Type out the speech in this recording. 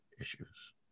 issues